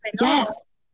Yes